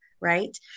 right